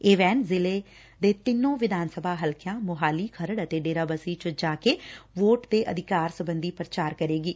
ਇਹ ਵੈਨ ਜ਼ਿਲੇ ਦੇ ਤਿੰਨੋਂ ਵਿਧਾਨ ਸਭਾ ਹਲਕਿਆਂ ਮੁਹਾਲੀ ਖਰੜ ਅਤੇ ਡੇਰਾਬੱਸੀ ਚ ਜਾ ਕੇ ਵੋਟ ਦੇ ਅਧਿਕਾਰ ਸਬੰਧੀ ਪੁਚਾਰ ਕਰੇਗੀ